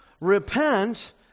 Repent